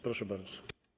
Proszę bardzo.